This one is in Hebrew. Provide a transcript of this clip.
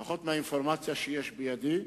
לפחות מהאינפורמציה שיש בידי,